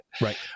Right